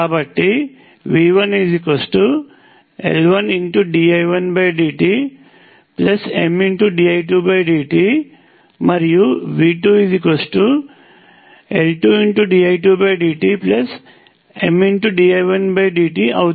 కాబట్టిV1L1dI1dtMdI2dt మరియు V2L2dI2dtMdI1dt అవుతుంది